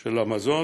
של המזון,